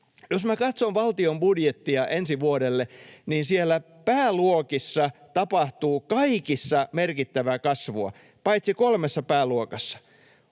Jos katson valtion budjettia ensi vuodelle, niin siellä kaikissa pääluokissa tapahtuu merkittävää kasvua, paitsi kolmessa pääluokassa: